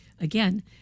again